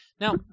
now